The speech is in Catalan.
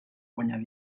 guanyar